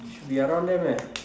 should be around there meh